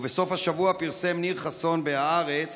ובסוף השבוע פרסם ניר חסון בהארץ